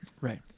right